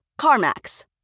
CarMax